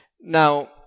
Now